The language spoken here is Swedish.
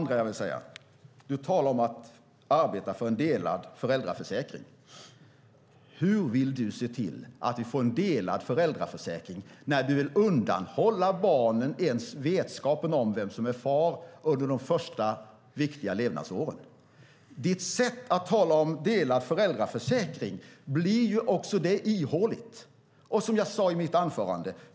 Du talar om att arbeta för en delad föräldraförsäkring. Hur vill du se till att vi får en delad föräldraförsäkring när du vill undanhålla barnen under deras första viktiga levnadsår vetskapen om vem som är far? Ditt sätt att tala om delad föräldraförsäkring blir ihåligt.